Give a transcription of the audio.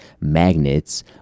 magnets